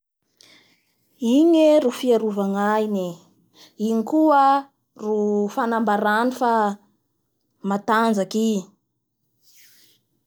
Igne ro fiarova gnainy! igny koa ro fanambarany fa matanjaky i.